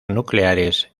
nucleares